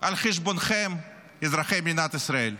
על חשבונכם, אזרחי מדינת ישראל.